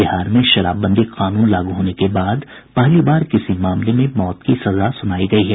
बिहार में शराबबंदी कानून लागू होने के बाद पहली बार किसी मामले में मौत की सजा सुनाई गयी है